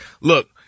look